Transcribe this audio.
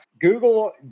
Google